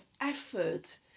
effort